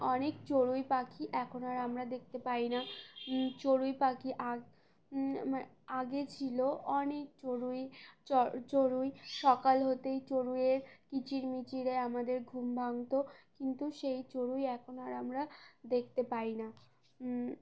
অনেক চড়ুই পাখি এখন আর আমরা দেখতে পাই না চড়ুই পাখি আ আগে ছিলো অনেক চড়ুই চ চড়ুই সকাল হতেই চড়ুইয়ের কিচিরমিচিরে আমাদের ঘুম ভাঙতো কিন্তু সেই চড়ুই এখন আর আমরা দেখতে পাই না